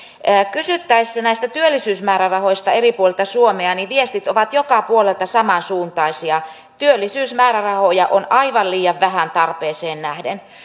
kysyttäessä näistä työllisyysmäärärahoista eri puolilta suomea viestit ovat joka puolelta samansuuntaisia työllisyysmäärärahoja on aivan liian vähän tarpeeseen nähden